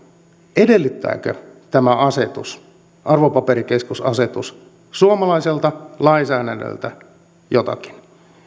edellyttääkö tämä asetus arvopaperikeskusasetus suomalaiselta lainsäädännöltä jotakin